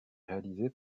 réalisé